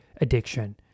addiction